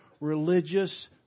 religious